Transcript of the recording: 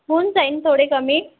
होऊन जाईल थोडे कमी